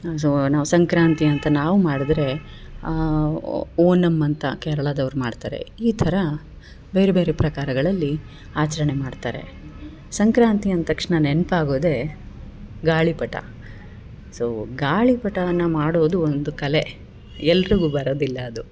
so ನಾವು ಸಂಕ್ರಾಂತಿ ಅಂತ ನಾವು ಮಾಡಿದ್ರೆ ಓಣಮ್ ಅಂತ ಕೇರಳದವ್ರ್ ಮಾಡ್ತರೆ ಈ ಥರ ಬೇರೆ ಬೇರೆ ಪ್ರಕಾರಗಳಲ್ಲಿ ಆಚರಣೆ ಮಾಡ್ತಾರೆ ಸಂಕ್ರಾಂತಿ ಅಂತಕ್ಷಣ ನೆನ್ಪು ಆಗೋದೇ ಗಾಳಿಪಟ ಸೊ ಗಾಳಿಪಟಾನ ಮಾಡೋದು ಒಂದು ಕಲೆ ಎಲ್ರಿಗು ಬರೋದಿಲ್ಲ ಅದು